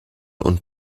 und